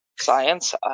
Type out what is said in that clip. science